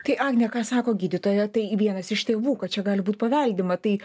tai agne sako gydytoja tai vienas iš tėvų kad čia gali būt paveldima tai